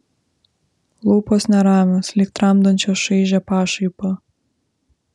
lūpos neramios lyg tramdančios šaižią pašaipą